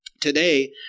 today